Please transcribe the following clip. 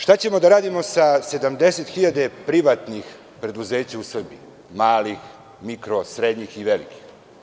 Šta ćemo da radimo sa 70.000 privatnih preduzeća u Srbiji, malih, mikro, srednjih i velikih?